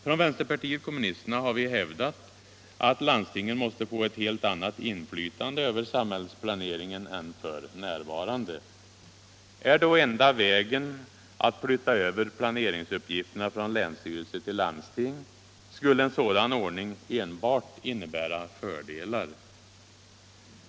Från vänsterpartiet kommunisterna har vi hävdat att landstingen måste få ett helt annat inflytande över samhällsplaneringen än f.n. Är då enda vägen att flytta över planeringsuppgifterna från länsstyrelse till landsting? Skulle en sådan ordning enbart innebära fördelar?